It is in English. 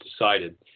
decided